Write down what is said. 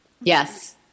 yes